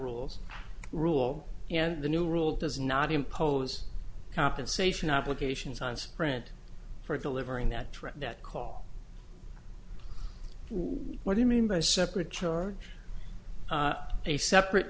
rules rule and the new rule does not impose compensation obligations on sprint for delivering that trend that call what you mean by separate charge a separate